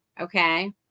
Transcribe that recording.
Okay